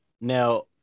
now